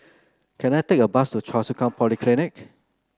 can I take a bus to Choa Chu Kang Polyclinic